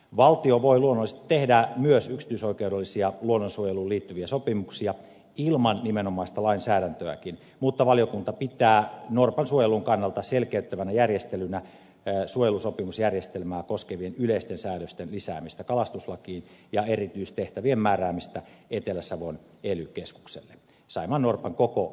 valtio voi luonnollisesti tehdä myös yksityisoikeudellisia luonnonsuojeluun liittyviä sopimuksia ilman nimenomaista lainsäädäntöäkin mutta valiokunta pitää norpan suojelun kannalta selkeyttävänä järjestelynä suojelusopimusjärjestelmää koskevien yleisten säädösten lisäämistä kalastuslakiin ja erityistehtävien määräämistä etelä savon ely keskukselle saimaannorpan koko esiintymisalueella